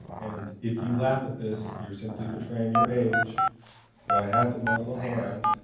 and if you laugh at this you're simply betraying your age but i have in my little hand,